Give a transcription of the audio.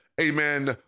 amen